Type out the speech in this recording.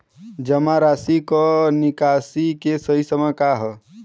जमा राशि क निकासी के सही समय का ह?